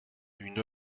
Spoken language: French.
une